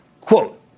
quote